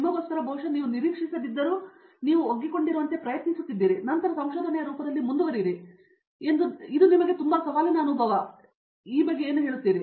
ನಿಮಗೋಸ್ಕರ ಬಹುಶಃ ನೀವು ನಿರೀಕ್ಷಿಸದಿದ್ದರೂ ಮತ್ತು ನೀವು ಒಗ್ಗಿಕೊಂಡಿರುವಂತೆ ಪ್ರಯತ್ನಿಸುತ್ತಿದ್ದೀರಿ ಮತ್ತು ನಂತರ ಸಂಶೋಧನೆಯ ರೂಪದಲ್ಲಿ ಮುಂದುವರಿಯಿರಿ ಎಂದು ನಿಮಗೆ ತುಂಬಾ ಸವಾಲಿನ ಅನುಭವ ಏನಾಯಿತು